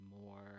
more